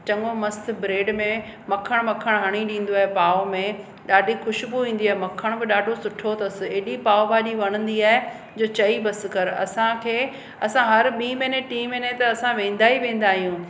चङो मस्तु ब्रैड में मखण वखण हणी ॾींदो आहे पाव में ॾाढी ख़ुशबू ईंदी आहे मखण बि ॾाढो सुठो अथस एॾी पाव भाजी वणंदी आहे जो चई बसि कर असांखे असां हर ॿी महीने टी महीने ते असां वेंदा ई वेंदा आहियूं